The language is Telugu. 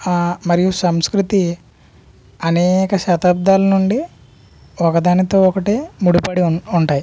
మరియు సంస్కృతి అనేక శతాబ్దాల నుండి ఒకదానితో ఒకటి ముడిపడి ఉం ఉంటాయి